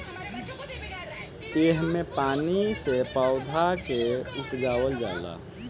एह मे पानी से पौधा के उपजावल जाले